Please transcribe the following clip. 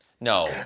No